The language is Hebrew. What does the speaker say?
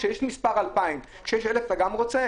כשיש מס' 2,000, כשיש 1,000 אתה גם רוצה?